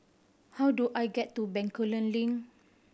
how do I get to Bencoolen Link